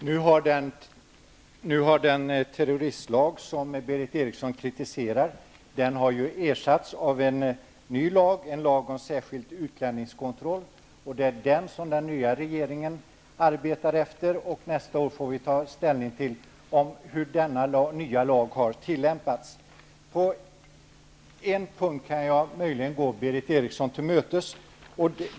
Herr talman! Nu har den terroristlag som Berith Eriksson kritiserar ersatts av en ny lag, en lag om särskild utlänningskontroll. Det är den lagen som den nya regeringen arbetar efter. Nästa år får vi ta ställning till hur den nya lagen har tillämpats. På en punkt kan jag möjligen gå Berith Eriksson till mötes.